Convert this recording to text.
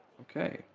okay